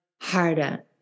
harder